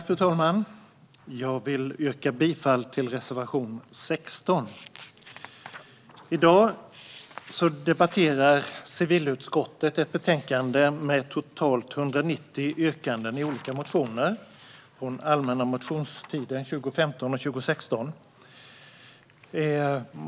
Fru talman! Jag vill yrka bifall till reservation 16. I dag debatterar civilutskottet ett betänkande med totalt 190 yrkanden i olika motioner från allmänna motionstiden 2015 och 2016.